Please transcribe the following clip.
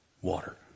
water